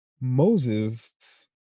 Moses